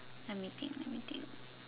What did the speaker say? let me think let me think